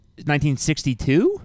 1962